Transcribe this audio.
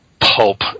pulp